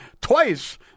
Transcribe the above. twice